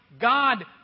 God